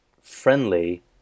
friendly